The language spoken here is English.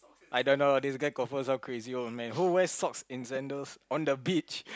I don't know this guy confirm some crazy old man who wear socks in sandals on the beach